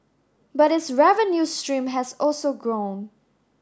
but its revenue stream has also grown